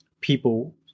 people